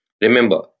Remember